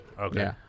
Okay